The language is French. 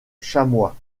chamois